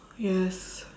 yes